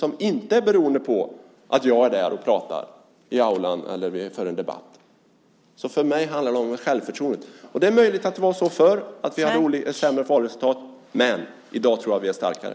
De är inte beroende av att jag är där och pratar i aulan eller för en debatt. För mig handlar det om självförtroendet. Det är möjligt att vi förr hade sämre valresultat, men i dag tror jag att vi är starkare.